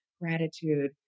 gratitude